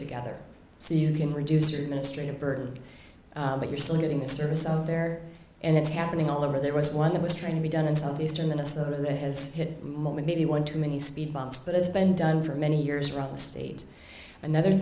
together so you can reduce your administrative burden but you're still getting the service out there and it's happening all over there was one that was trying to be done in southeastern minnesota that has hit moment maybe one too many speed bumps but it's been done for many years wrong state another